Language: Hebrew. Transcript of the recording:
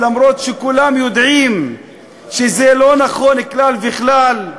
למרות שכולם יודעים שזה לא נכון כלל וכלל,